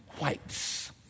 whites